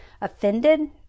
offended